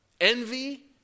Envy